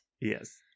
Yes